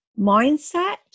mindset